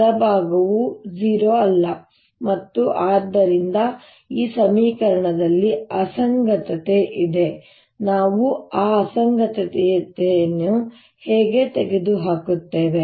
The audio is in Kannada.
ಬಲಭಾಗವು 0 ಅಲ್ಲ ಮತ್ತು ಆದ್ದರಿಂದ ಈ ಸಮೀಕರಣದಲ್ಲಿ ಅಸಂಗತತೆ ಇದೆ ನಾವು ಆ ಅಸಂಗತತೆಯನ್ನು ಹೇಗೆ ತೆಗೆದುಹಾಕುತ್ತೇವೆ